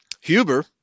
Huber